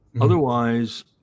Otherwise